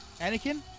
Anakin